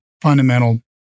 fundamental